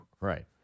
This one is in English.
Right